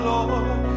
Lord